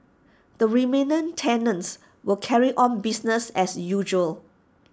the remaining tenants will carry on business as usual